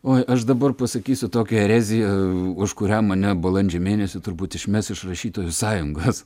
oi aš dabar pasakysiu tokią ereziją už kurią mane balandžio mėnesį turbūt išmes iš rašytojų sąjungos